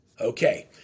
Okay